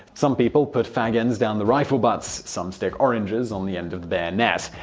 some people put fag ends down the rifle butts. some stick oranges on the end of the bayonet,